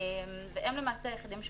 והם למעשה היחידים שמפוקחים.